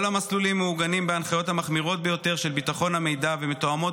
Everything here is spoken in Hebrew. כל המסלולים מעוגנים בהנחיות המחמירות ביותר של ביטחון המידע ומתואמות